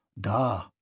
Da